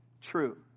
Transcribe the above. true